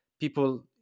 people